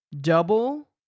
Double